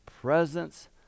presence